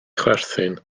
chwerthin